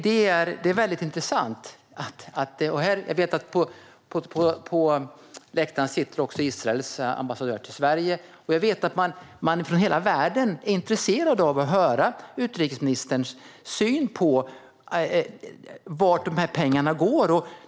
Det är väldigt intressant. Jag vet att på läktaren sitter också Israels ambassadör i Sverige. Jag vet att man från hela världen är intresserad att höra utrikesministerns syn på vart pengarna går.